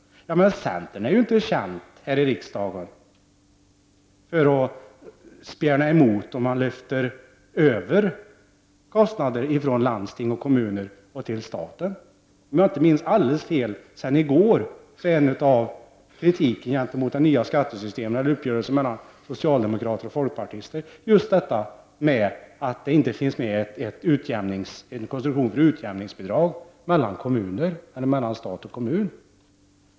Centern är inte känd i riksdagen för att spjärna emot om kostnader lyfts över från landsting och kommuner till staten. Om jag inte minns alldeles fel var det senast i går centern riktade kritik mot skatteuppgörelsen mellan socialdemokrater och folkpartister för att det inte finns med någon konstruktion för utjämningsbidrag mellan stat och kommun.